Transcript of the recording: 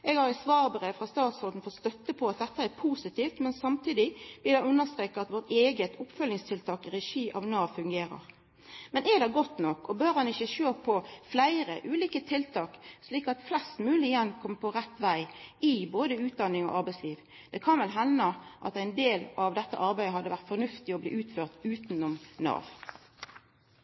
Eg har i svarbrev frå statsråden fått støtte på at dette er positivt, men samtidig vil eg understreka at vårt eige oppfølgingstiltak i regi av Nav fungerer. Men er det godt nok, og bør ein ikkje sjå på fleire ulike tiltak, slik at flest mogleg igjen kjem på rett veg i både utdanning og arbeidsliv? Det kan vel henda at det hadde vore fornuftig at ein del av dette arbeidet